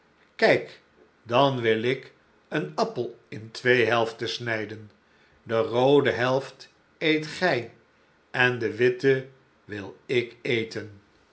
kijk dan wil ik een appel in twee helften snijden de roode helft eet gij en de witte wil ik eten